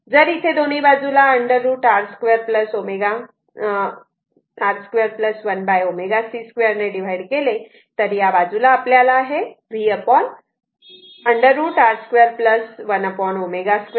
जर इथे दोन्ही बाजूला √ R 2 1 ω c 2 ने डिव्हाइड केले तर या बाजूला आपल्याला v √ R 2 1 ω c 2 असे मिळते